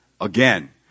again